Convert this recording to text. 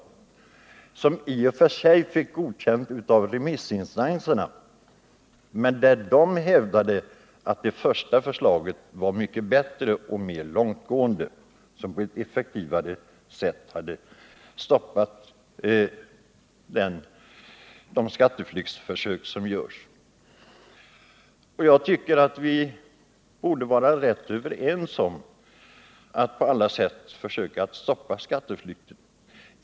Det fick i och för sig godkänt av remissinstanserna, men de hävdade att det första förslaget var mycket bättre. Det var mer långtgående och skulle på ett effektivare sätt ha stoppat de skatteflyktsförsök som görs. Jag tycker att vi borde vara överens om att på allt sätt försöka stoppa skatteflykt.